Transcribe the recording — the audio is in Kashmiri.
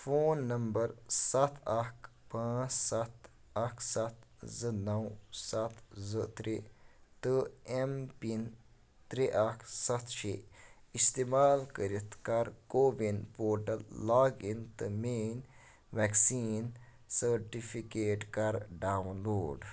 فون نمبر سَتھ اَکھ پانٛژھ سَتھ اکھ سَتھ زٕ نَو سَتھ زٕ ترٛےٚ تہٕ ایم پِن ترٛےٚ اَکھ سَتھ شےٚ استعمال کٔرِتھ کَر کووِن پورٹل لاگ اِن تہٕ میٲنۍ ویکسیٖن سرٹِفکیٹ کَر ڈاوُن لوڈ